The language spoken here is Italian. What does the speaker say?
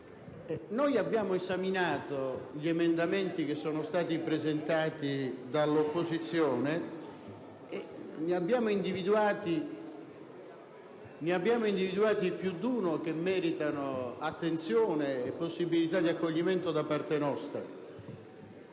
Noi abbiamo esaminato gli emendamenti che sono stati presentati dall'opposizione e ne abbiamo individuato più di uno che merita attenzione e possibilità di accoglimento. Questo,